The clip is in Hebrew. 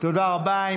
תודה רבה.